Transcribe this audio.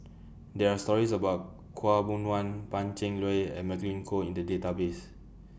There Are stories about Khaw Boon Wan Pan Cheng Lui and Magdalene Khoo in The Database